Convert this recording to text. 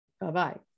bye-bye